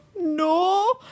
No